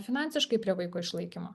finansiškai prie vaiko išlaikymo